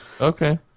Okay